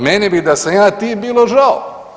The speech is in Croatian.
Meni bi da sam ja ti bilo žao.